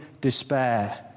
despair